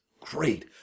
Great